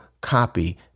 copy